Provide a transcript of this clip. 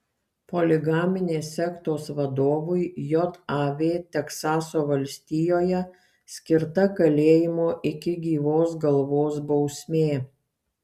poligaminės sektos vadovui jav teksaso valstijoje skirta kalėjimo iki gyvos galvos bausmė